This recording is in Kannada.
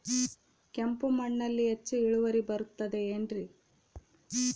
ಕೆಂಪು ಮಣ್ಣಲ್ಲಿ ಹೆಚ್ಚು ಇಳುವರಿ ಬರುತ್ತದೆ ಏನ್ರಿ?